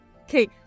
okay